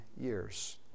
years